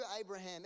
Abraham